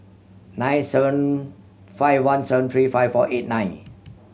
nine seven five one seven three five four eight nine